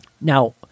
Now